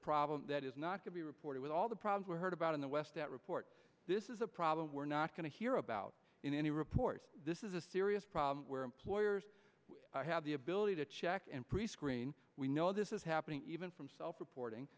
problem that is not to be reported with all the problems we heard about in the west that report this is a problem we're not going to hear about in any reports this is a serious problem where employers have the ability to check and prescreen we know this is happening even from self reporting